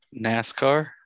NASCAR